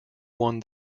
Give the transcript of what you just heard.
won